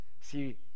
See